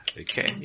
Okay